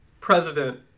president